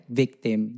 victim